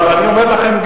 אבל אני גם אומר לכם,